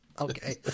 okay